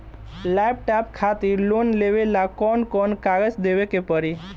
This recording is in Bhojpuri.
लैपटाप खातिर लोन लेवे ला कौन कौन कागज देवे के पड़ी?